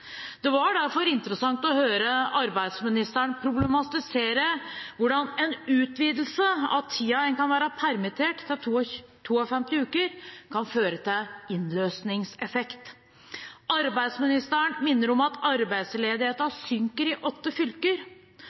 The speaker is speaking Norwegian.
Det var derfor interessant å høre arbeidsministeren problematisere hvordan en utvidelse av tida en kan være permittert, til 52 uker, kan føre til en innløsningseffekt. Arbeidsministeren minner om at arbeidsledigheten synker i åtte fylker.